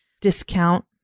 discount